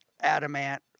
adamant